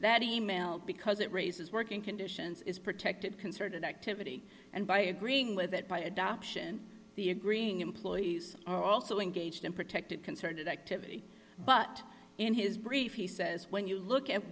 that e mail because it raises working conditions is protected concerted activity and by agreeing with it by adoption the agreeing employees are also engaged in protected concerted activity but in his brief he says when you look at